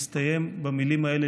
מסתיים במילים האלה,